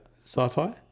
Sci-fi